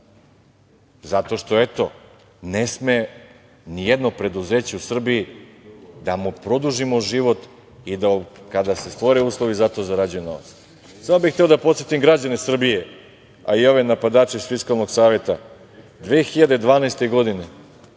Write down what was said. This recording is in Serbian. zato što ne sme nijedno preduzeće u Srbiji da mu produžimo život, da kada se stvore uslovi za to zarađuje novac. Samo bih hteo da podsetim građane Srbije, a i ove napadače iz Fiskalnog saveta, 2012. godine